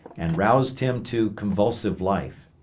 and roused him to convulsive life.